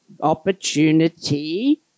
opportunity